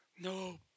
no